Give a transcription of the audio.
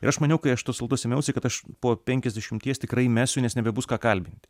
ir aš maniau kai aš tos laidos ėmiausi kad aš po penkiasdešimties tikrai mesiu nes nebebus ką kalbinti